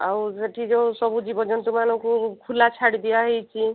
ଆଉ ସେଇଠି ଯେଉଁ ସବୁ ଜୀବଜନ୍ତୁମାନଙ୍କୁ ଖୁଲା ଛାଡ଼ି ଦିଆହେଇଛି